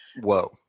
whoa